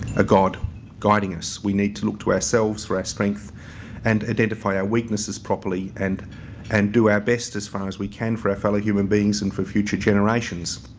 a god guiding us. we need to look to ourselves for our strength and identify our weaknesses properly and and do our best as far as we can for our fellow human beings and for future generations.